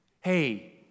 hey